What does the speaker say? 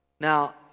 Now